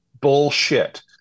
Bullshit